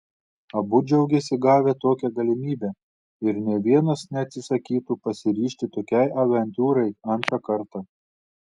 abu džiaugėsi gavę tokią galimybę ir nė vienas neatsisakytų pasiryžti tokiai avantiūrai antrą kartą